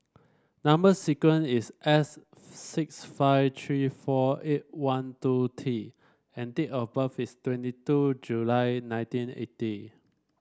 number sequence is S six five three four eight one two T and date of birth is twenty two July nineteen eighty